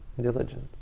diligence